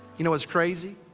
you know what's crazy?